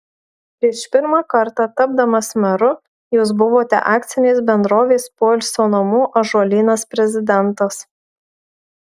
prieš pirmą kartą tapdamas meru jūs buvote akcinės bendrovės poilsio namų ąžuolynas prezidentas